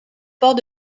port